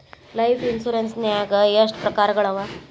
Life insurance ನ್ಯಾಗ ಎಷ್ಟ್ ಪ್ರಕಾರ್ಗಳವ?